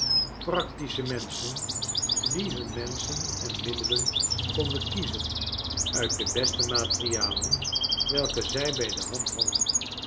practische menschen die hun menschen en middelen konden kiezen uit de beste materialen welke zij bij de hand hadclen